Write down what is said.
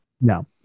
No